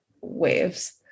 waves